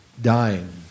dying